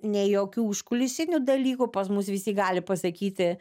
nei jokių užkulisinių dalykų pas mus visi gali pasakyti